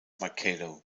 mikado